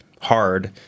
hard